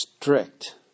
strict